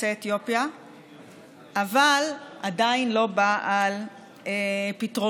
יוצאי אתיופיה אבל עדיין לא בא על פתרונו.